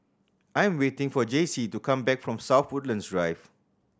I am waiting for Jayce to come back from South Woodlands Drive